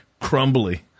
crumbly